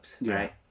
right